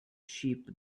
sheep